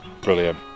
brilliant